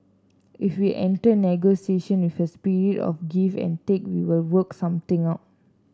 if we enter negotiation with a spirit of give and take we will work something out